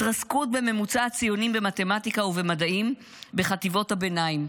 התרסקות בממוצע הציונים במתמטיקה ובמדעים בחטיבות הביניים.